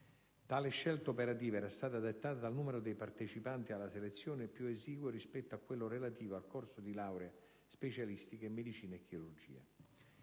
Tale scelta operativa era stata dettata dal numero dei partecipanti alla selezione, più esiguo rispetto a quello relativo al corso di laurea specialistica in medicina e chirurgia.